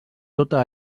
tota